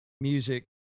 music